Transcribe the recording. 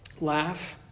laugh